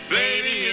baby